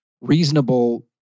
reasonable